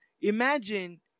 Imagine